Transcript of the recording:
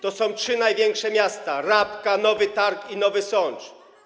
To są trzy największe miasta: Rabka, Nowy Targ i Nowy Sącz.